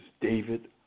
David